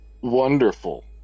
Wonderful